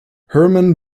herman